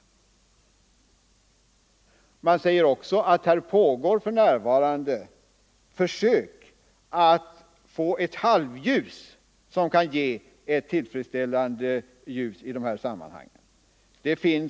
Verket säger också att det för närvarande pågår försök för att få fram ett halvljus som kan ge tillfredsställande belysning.